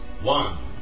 One